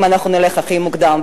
אם אנחנו נלך הכי מוקדם.